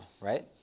right